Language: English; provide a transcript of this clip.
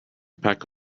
pack